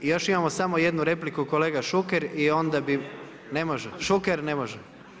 Još imamo samo jednu repliku, kolega Šuker i onda bi … [[Upadica se ne čuje.]] Ne može, Šuker ne može.